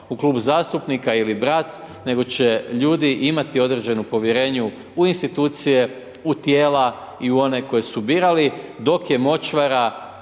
u klub zastupnika ili brat, nego će ljudi imati određeno povjerenja u institucije, u tijela i one koje su birali. Dok je močvara,